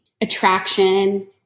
attraction